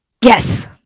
Yes